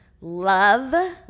love